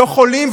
לא חולים,